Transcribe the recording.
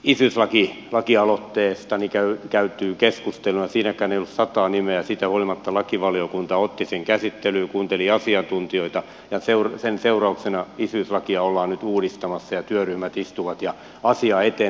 viittaan isyyslakialoitteestani aikoinaan käytyyn keskusteluun siinäkään ei ollut sataa nimeä siitä huolimatta lakivaliokunta otti sen käsittelyyn kuunteli asiantuntijoita ja sen seurauksena isyyslakia ollaan nyt uudistamassa ja työryhmät istuvat ja asia etenee